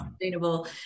sustainable